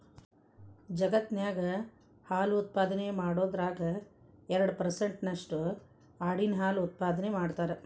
ಜಗತ್ತಿನ್ಯಾಗ ಹಾಲು ಉತ್ಪಾದನೆ ಮಾಡೋದ್ರಾಗ ಎರಡ್ ಪರ್ಸೆಂಟ್ ನಷ್ಟು ಆಡಿನ ಹಾಲು ಉತ್ಪಾದನೆ ಮಾಡ್ತಾರ